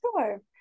sure